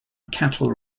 cattle